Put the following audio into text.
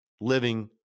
living